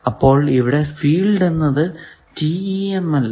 അപ്പോൾ ഇവിടെ ഫീൽഡ് എന്നത് TEM അല്ല